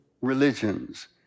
religions